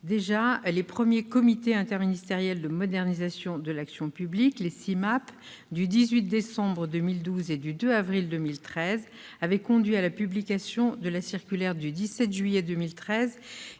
Déjà, les premiers comités interministériels pour la modernisation de l'action publique, les CIMAP, du 18 décembre 2012 et du 2 avril 2013 avaient conduit à la publication de la circulaire du 17 juillet 2013,